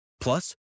Plus